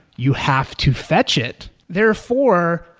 you have to fetch it. therefore,